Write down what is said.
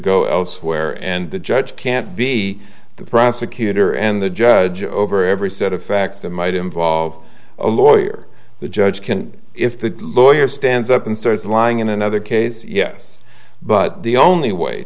go elsewhere and the judge can't be the prosecutor and the judge over every set of facts that might involve a lawyer the judge can if the lawyer stands up and starts lying in another case yes but the only way